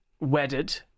wedded